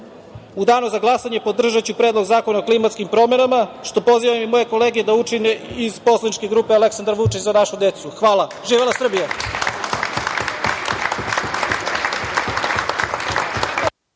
danu za glasanje podržaću Predlog zakona o klimatskim promenama, što pozivam i moje kolege da učine iz poslaničke grupe Aleksandar Vučić – za našu decu. Hvala. Živela Srbija!